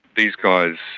these guys,